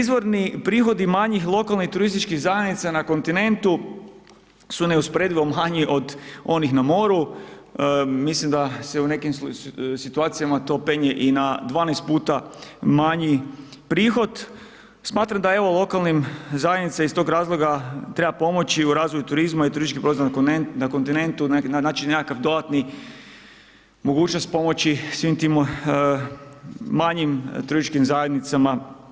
Izvorni prihodi manjih lokalnih turističkih zajednica na kontinentu su neusporedivo manji od onih na moru, mislim da se u nekim situacijama to penje i na 12 puta manji prihod, smatram da evo, lokalnim zajednicama iz toga razloga treba pomoći u razvoju turizma i turistički… [[Govornik se ne razumije]] na kontinentu, znači, nekakav dodatni, mogućnost pomoći svim tim manjim turističkim zajednicama.